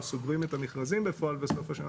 או סוגרים את המכרזים בפועל בסוף השנה,